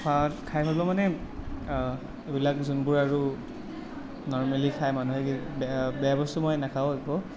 খাই ভাল পাওঁ মানে এইবিলাক যোনবোৰ আৰু নৰ্মেলি খাই মানুহে বেয়া বেয়া বস্তু মই নেখাওঁ একো